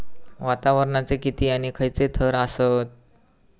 वातावरणाचे किती आणि खैयचे थर आसत?